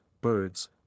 birds